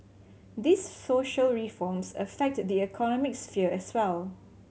these social reforms affect the economic sphere as well